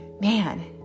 Man